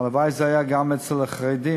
הלוואי שזה היה גם אצל החרדים,